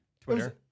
Twitter